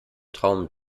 traum